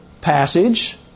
passage